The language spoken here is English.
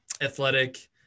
Athletic